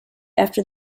after